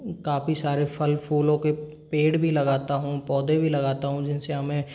काफ़ी सारे फल फूलों के पेड़ भी लगता हूँ पौधे भी लगाता हूँ जिनसे हमें